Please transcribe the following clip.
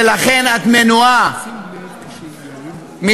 ולכן את מנועה מלהצטלם.